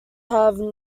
have